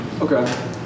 Okay